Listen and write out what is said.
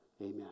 Amen